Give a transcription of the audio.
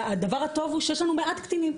הדבר הטוב הוא שיש לנו מעט קטינים.